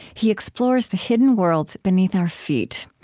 he explores the hidden worlds beneath our feet.